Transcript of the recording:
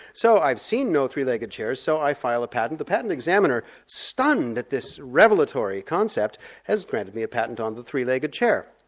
so i've seen no three-legged chairs so i file a patent. the patent examiner stunned at this revelatory concept has granted me a patent on the three-legged chair.